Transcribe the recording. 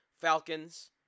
falcons